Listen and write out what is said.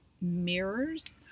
mirrors